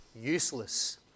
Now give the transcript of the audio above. useless